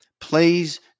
Please